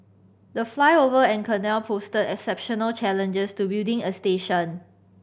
the flyover and canal posed exceptional challenges to building a station